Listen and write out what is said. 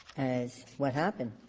as what happened.